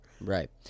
Right